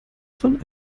von